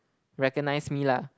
recognize me lah